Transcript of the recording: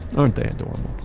aren't they adorable?